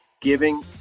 Giving